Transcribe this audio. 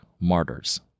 martyrs